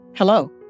Hello